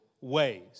ways